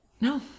No